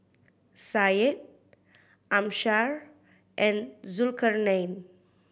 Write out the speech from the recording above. Syed Amsyar and Zulkarnain